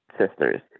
sisters